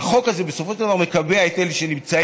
החוק הזה בסופו של דבר מקבע את אלה שנמצאים,